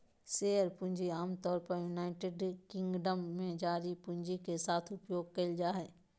share पूंजी आमतौर पर यूनाइटेड किंगडम में जारी पूंजी के साथ उपयोग कइल जाय हइ